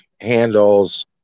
handles